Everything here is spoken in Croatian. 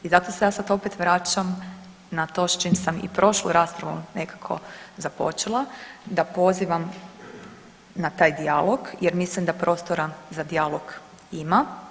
I zato se sad ja opet vraćam na to s čim sam i prošlu raspravu nekako započela da pozivam na taj dijalog jer mislim da prostora za dijalog ima.